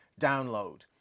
download